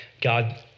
God